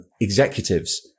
executives